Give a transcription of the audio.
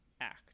act